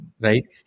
Right